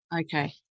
Okay